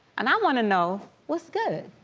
and i want to know, what's good.